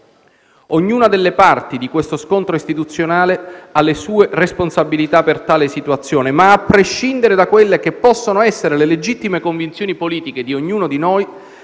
Ognuna delle parti dello scontro istituzionale ha le sue responsabilità per tale situazione. Ma, a prescindere da quelle che possono essere le legittime convinzioni politiche di ognuno di noi,